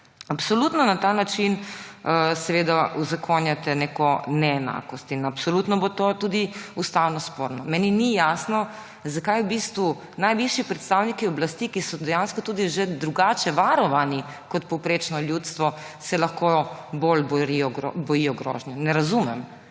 Absolutno na ta način uzakonjate neko neenakost in absolutno bo to tudi ustavno sporno. Meni ni jasno, zakaj se v bistvu najvišji predstavniki oblasti, ki so dejansko tudi že drugače varovani kot povprečno ljudstvo, lahko bolj bojijo grožnje. Ne razumem.